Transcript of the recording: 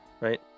right